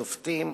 שופטים,